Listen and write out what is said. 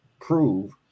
prove